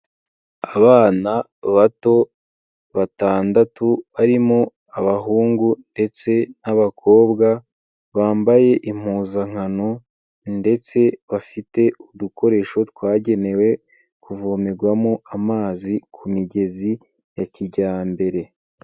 Abana bato batandatu, harimo abahungu ndetse n'abakobwa, bambaye impuzankano ndetse bafite udukoresho twagenewe kuvomerwamo amazi ku migezi ya kijyambere.